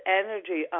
energy